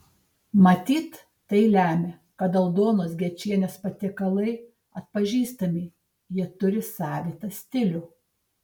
matyt tai lemia kad aldonos gečienės patiekalai atpažįstami jie turi savitą stilių